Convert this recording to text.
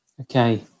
okay